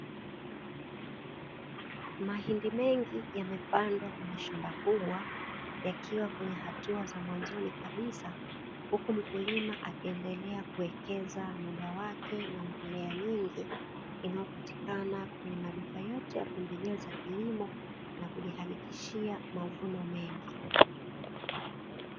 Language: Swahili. Mahindi mengi yamepandwa kwenye shamba kubwa, yakiwa kwenye hatua za mwanzoni kabisa, huku mkulima akiendelea kuwekeza muda wake na mbolea nyingi inayopatikana kwenye maduka yote ya pembejeo za kilimo na kujihakikishia mavuno mengi.